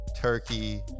Turkey